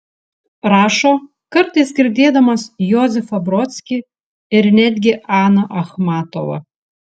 rašo kartais girdėdamas josifą brodskį ir netgi aną achmatovą